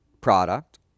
product